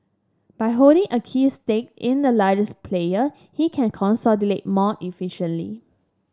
by holding a key stake in the largest player he can more efficiently